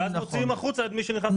ואז מוציאים החוצה את מי שנכנס ב"נורבגי".